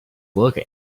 worker